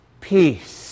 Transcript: Peace